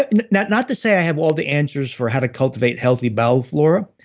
and not not to say i have all the answers for how to cultivate healthy bowel flora,